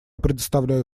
предоставляю